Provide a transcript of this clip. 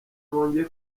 bongeye